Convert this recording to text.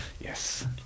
Yes